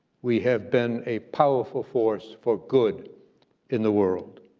we have been a powerful force for good in the world.